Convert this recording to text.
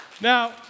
Now